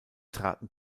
traten